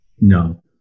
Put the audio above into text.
No